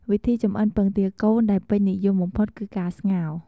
វិធីចម្អិនពងទាកូនដែលពេញនិយមបំផុត គឺ ការស្ងោរ។